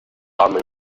abend